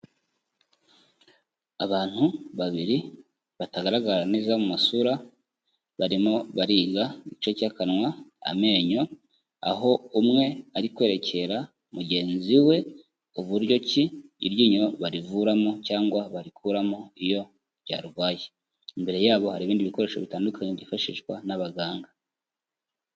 Abantu babiri batagaragara neza mu masura, barimo bariga igice cy'akanwa, amenyo, aho umwe ari kwerekera mugenzi we uburyo ki iryinyo barivuramo cyangwa barikuramo iyo ryarwaye. Imbere yabo hari ibindi bikoresho bitandukanye byifashishwa n'abaganga.